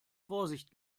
vorsicht